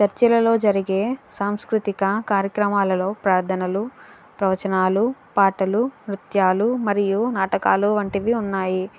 చర్చీలలో జరిగే సాంస్కృతిక కార్యక్రమాలలో ప్రార్ధనలు ప్రవచనాలు పాటలు నృత్యాలు మరియు నాటకాలు వంటివి ఉన్నాయి